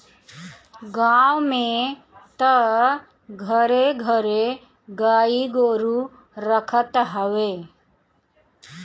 गांव में तअ घरे घरे गाई गोरु रखत हवे